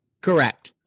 Correct